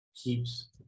keeps